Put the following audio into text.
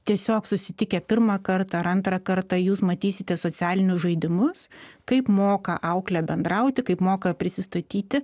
tiesiog susitikę pirmąkart ar antrą kartą jūs matysite socialinius žaidimus kaip moka auklė bendrauti kaip moka prisistatyti